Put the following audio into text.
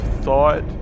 thought